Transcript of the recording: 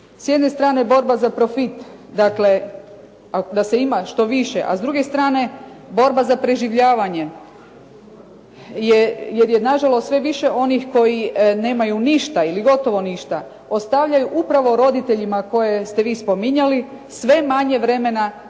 S jedne strane borba za profit. Dakle, da se ima što više, a s druge strane borba za preživljavanjem. Jer je na žalost sve više onih koji nemaju ništa ili gotovo ništa ostavljaju upravo roditeljima koje ste vi spominjali sve manje vremena